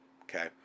Okay